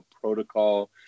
protocol